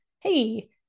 Hey